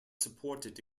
supported